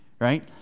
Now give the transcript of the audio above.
right